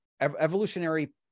evolutionary